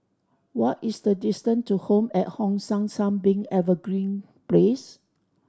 what is the distance to Home at Hong San Sunbeam Evergreen Place